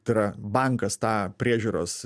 tai yra bankas tą priežiūros